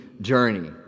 journey